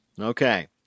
Okay